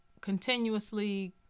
continuously